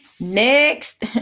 next